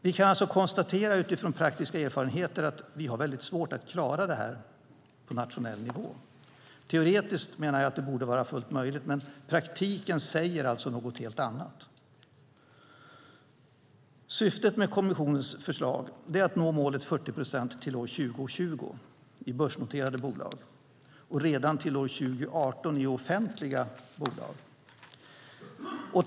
Vi kan alltså konstatera utifrån praktiska erfarenheter att vi har väldigt svårt att klara detta på nationell nivå. Teoretiskt borde det vara fullt möjligt, menar jag, men praktiken säger alltså något helt annat. Syftet med kommissionens förslag är att nå målet 40 procent till år 2020 i börsnoterade bolag och redan till år 2018 i offentliga bolag.